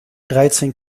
dreizehn